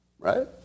Right